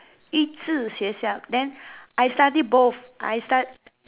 益智学校 then I study both I stud~